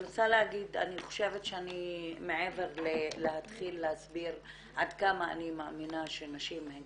חושבת שאני מעבר להתחיל להסביר עד כמה אני מאמינה שנשים הן